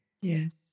Yes